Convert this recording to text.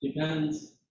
depends